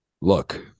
Look